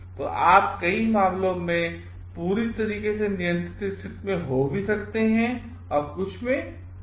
तो आप कई मामलों में आप पूरी तरह से नियंत्रित स्थिति में हो सकते हैं और कुछ में नहीं